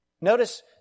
Notice